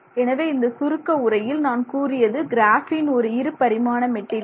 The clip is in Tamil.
எனவே இந்த சுருக்க உரையில் நான் கூறியது கிராஃபீன் ஒரு இருபரிமாண மெட்டீரியல்